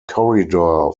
corridor